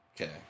Okay